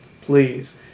Please